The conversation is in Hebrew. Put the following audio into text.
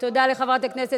חברת הכנסת